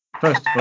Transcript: First